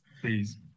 Please